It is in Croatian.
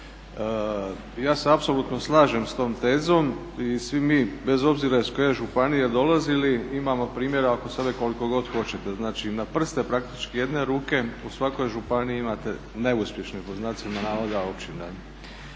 Ja se apsolutno slažem sa tom tezom. I svi mi bez obzira iz koje županije dolazili imamo primjera oko sebe koliko god hoćete. Znači na prste praktički jedne ruke u svakoj županiji imate "neuspješne", pod znacima navoda općine.